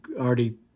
already